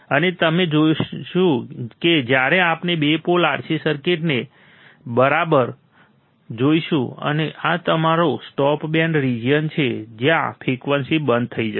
અને તમે જોશું કે જ્યારે આપણે બે પોલ RC સર્કિટને બરાબર જોઈશું અને આ તમારો સ્ટોપ બેન્ડ રીજીયન છે જ્યાં ફ્રિકવન્સી બંધ થઈ જશે